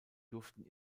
durften